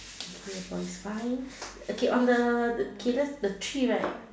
okay the boy is fine okay on the okay the the tree right